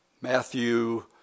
Matthew